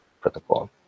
protocol